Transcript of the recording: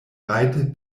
rajte